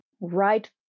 right